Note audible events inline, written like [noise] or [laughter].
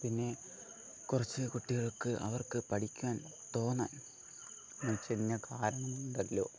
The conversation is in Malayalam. പിന്നെ കുറച്ച് കുട്ടികൾക്ക് അവർക്ക് പഠിക്കാൻ തോന്നാൻ [unintelligible] എന്ന് വെച്ച് കഴിഞ്ഞാൽ കാരണങ്ങൾ ഉണ്ടല്ലോ